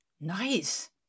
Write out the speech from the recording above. Nice